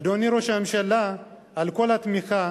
אדוני ראש הממשלה, על כל התמיכה